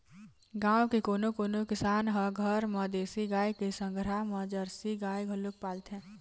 गाँव के कोनो कोनो किसान ह घर म देसी गाय के संघरा म जरसी गाय घलोक पालथे